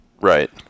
Right